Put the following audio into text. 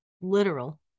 literal